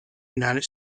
united